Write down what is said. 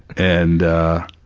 and ah,